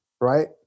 right